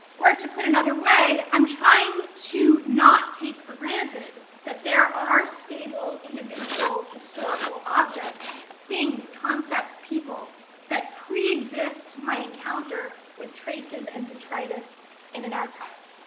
or to put it another way, i'm trying to not take for granted that there are stable individual historical objects, things, concepts, people that preexist my encounter with traces and detritus in an archive.